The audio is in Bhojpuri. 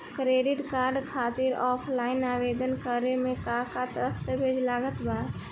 क्रेडिट कार्ड खातिर ऑफलाइन आवेदन करे म का का दस्तवेज लागत बा?